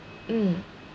mm